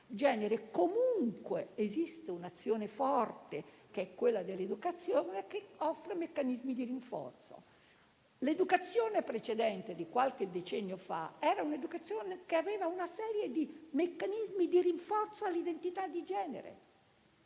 comunque esiste un'azione forte, che è quella dell'educazione, che offre meccanismi di rinforzo. L'educazione precedente, di qualche decennio fa, aveva una serie di meccanismi di rinforzo all'identità di genere.